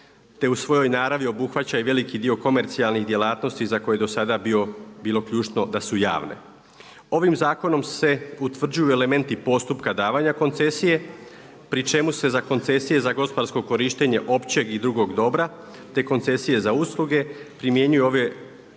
te u svojoj naravi obuhvaća i veliki dio komercijalnih djelatnosti za koje do sada bilo ključno da su javne. Ovim zakonom se utvrđuju elementi postupka davanja koncesije, pri čemu se za koncesije za gospodarsko korištenje općeg i drugog dobra te koncesije za usluge primjenjuju